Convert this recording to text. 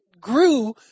grew